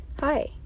hi